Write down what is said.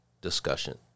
discussion